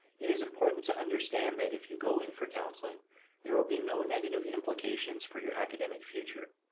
it is important to understand that if you go in for counselling there will be no negative implications for your academic future.